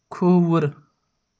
کھوٚوُر